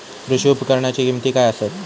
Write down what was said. कृषी उपकरणाची किमती काय आसत?